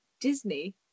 Disney